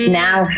now